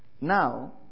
Now